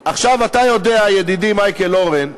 עכשיו, אתה יודע, ידידי מייקל אורן,